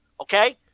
Okay